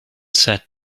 sat